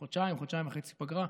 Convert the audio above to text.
חודשיים, חודשיים וחצי פגרה.